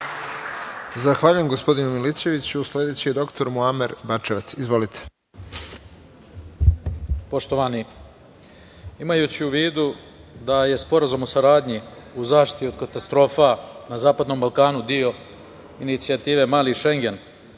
Zahvaljujem, gospodinu Milićeviću. Sledeći je dr Muamer Bačevac. Izvolite. **Muamer Bačevac** Poštovani, imajući u vidu da je Sporazum o saradnji u zaštiti od katastrofa na Zapadnom Balkanu deo inicijative „Mali šengen“,